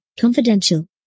Confidential